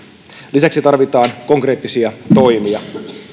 lisäksi tarvitaan konkreettisia toimia